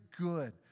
good